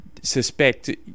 Suspect